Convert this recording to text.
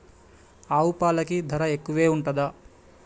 ఆవు పాలకి ధర ఎక్కువే ఉంటదా?